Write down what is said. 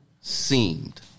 seemed